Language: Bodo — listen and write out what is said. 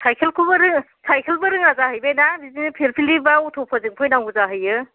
साइखेलखौबो रों साइखेलबो रोङा जाहैबाय ना बिदिनो फिरफिलि बा अट'फोरजों फैनांगौ जाहैयो